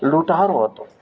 લૂંટારો હતો